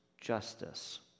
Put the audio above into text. justice